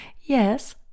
Yes